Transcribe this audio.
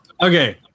okay